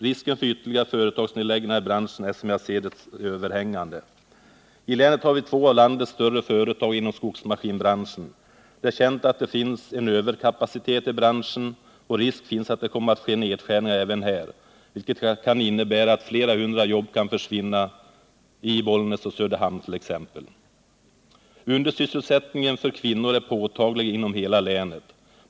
Risken för ytterligare företagsnedläggningar i branschen är, som jag ser det, överhängande. Tlänet har vi två av landets större företag inom skogsmaskinbranschen. Det är känt att det finns en överkapacitet i branschen och risk finns att det kommer att ske nedskärningar även här, vilket kan innebära att flera hundra jobb kan försvinna i t.ex. Bollnäs och Söderhamn. Undersysselsättningen för kvinnor är påtaglig inom hela länet.